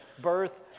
birth